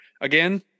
again